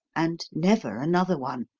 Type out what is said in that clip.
and never another one.